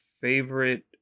favorite